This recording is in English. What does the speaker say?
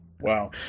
Wow